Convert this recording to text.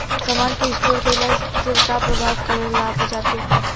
समान के स्टोर काइला से का प्रभाव परे ला बाजार के ऊपर?